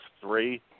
three